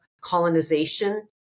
colonization